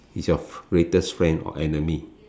is your greatest friend or enemy